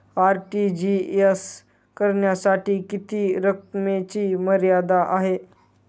RTGS करण्यासाठी किती रकमेची मर्यादा आहे?